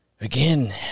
again